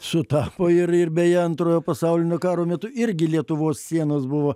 sutapo ir ir beje antrojo pasaulinio karo metu irgi lietuvos sienos buvo